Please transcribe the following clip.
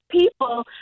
people